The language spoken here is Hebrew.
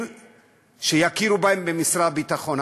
ושיכירו בהם במשרד הביטחון.